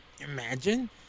Imagine